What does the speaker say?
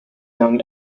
young